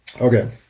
Okay